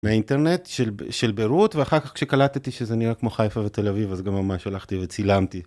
מהאינטרנט של ביירות ואחר כך כשקלטתי שזה נראה כמו חיפה ותל אביב אז גם ממש הלכתי וצילמתי.